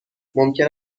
ممکن